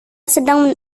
sedang